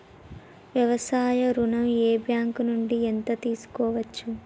వ్యవసాయ ఋణం ఏ బ్యాంక్ నుంచి ఎంత తీసుకోవచ్చు?